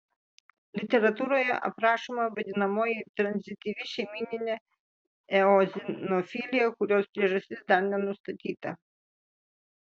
literatūroje aprašoma vadinamoji tranzityvi šeiminė eozinofilija kurios priežastis dar nenustatyta